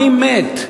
מי מת?